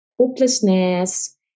hopelessness